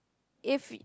if